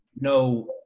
No